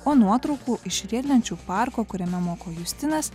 o nuotraukų iš riedlenčių parko kuriame moko justinas